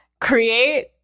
create